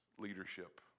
leadership